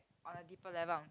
on a deeper level ah